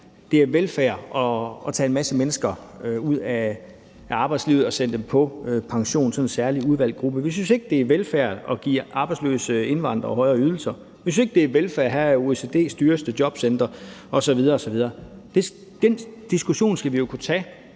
det er velfærd at tage en masse mennesker ud af arbejdslivet og sende dem på pension – sådan en særlig udvalgt gruppe. Vi synes ikke, det er velfærd at give arbejdsløse indvandrere højere ydelser. Vi synes ikke, det er velfærd at have OECD's dyreste jobcentre osv. osv. Den diskussion skal vi jo kunne tage,